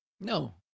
No